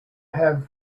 have